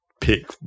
pick